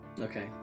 Okay